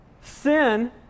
Sin